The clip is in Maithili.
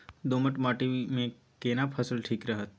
दोमट माटी मे केना फसल ठीक रहत?